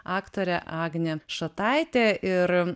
aktorė agnė šataitė ir